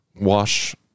wash